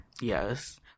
yes